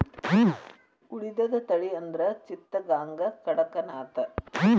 ಉಳಿದದ ತಳಿ ಅಂದ್ರ ಚಿತ್ತಗಾಂಗ, ಕಡಕನಾಥ